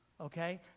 Okay